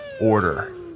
order